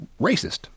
racist